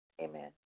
amen